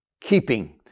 keeping